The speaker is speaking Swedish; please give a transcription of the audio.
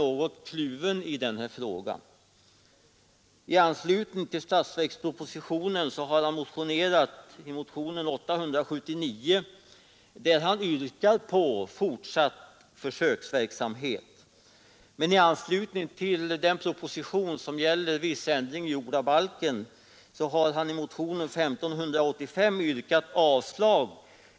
I motionen 879, väckt i anslutning till statsverkspropositionen, yrkade han att försöksverksamheten skulle fortsätta, men i motionen 585 i anslutning till propositionen om viss ändring i jordabalken har han yrkat avslag.